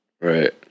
right